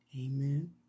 Amen